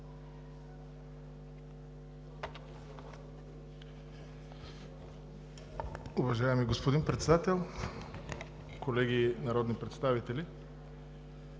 Уважаеми господин Председател, колеги народни представители!